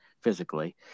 physically